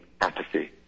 apathy